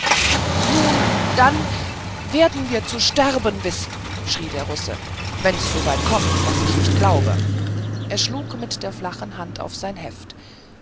nun dann werden wir zu sterben wissen schrie der russe wenn's soweit kommt was ich nicht glaube er schlug mit der flachen hand auf sein heft